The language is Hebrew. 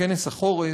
בכנס החורף,